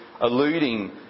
alluding